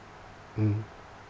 mm